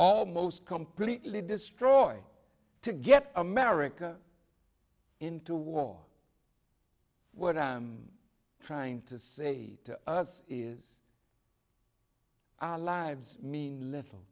almost completely destroy to get america into war what i'm trying to say to us is our lives mean